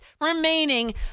remaining